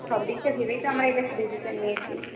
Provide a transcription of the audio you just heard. সব দিকটা ভেবেই তো আমরা এটা ডিসিশান নিয়েছি